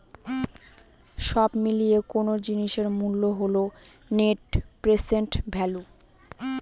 সব মিলিয়ে কোনো জিনিসের মূল্য হল নেট প্রেসেন্ট ভ্যালু